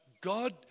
god